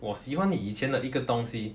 我喜欢你以前的一个东西